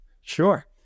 Sure